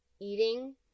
eating